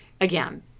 Again